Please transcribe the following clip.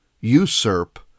usurp